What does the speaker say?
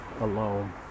alone